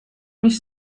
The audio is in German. mich